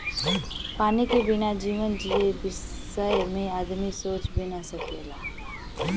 पानी के बिना जीवन जिए बिसय में आदमी सोच भी न सकेला